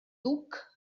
duc